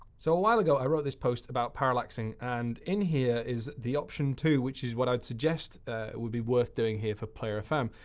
so awhile ago, i wrote this post about parallaxing. and in here is the option two, which is what i'd suggest it would be worth doing here for player fm.